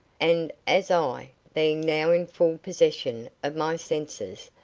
and as i, being now in full possession of my senses,